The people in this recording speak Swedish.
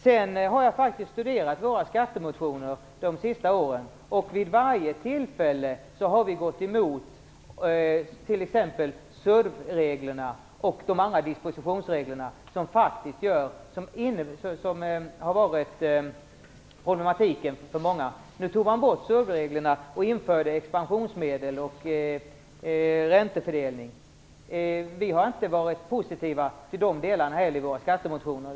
Jag har studerat våra skattemotioner från de senaste åren, och vi har vid varje tillfälle gått emot t.ex. SURV-reglerna och de andra dispositionsreglerna, som har inneburit problem för många. Man tog bort SURV-reglerna och införde expansionsmedel och räntefördelning, och vi har inte heller varit positiva till de delarna i våra skattemotioner.